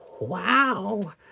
Wow